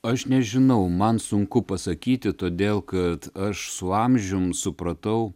aš nežinau man sunku pasakyti todėl kad aš su amžium supratau